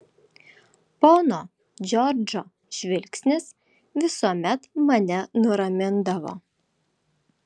pono džordžo žvilgsnis visuomet mane nuramindavo